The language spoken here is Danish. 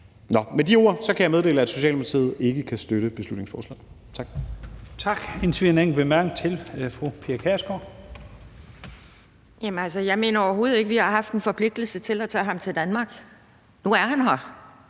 Med de ord kan jeg meddele, at Socialdemokratiet ikke kan støtte beslutningsforslaget.